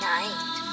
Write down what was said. Night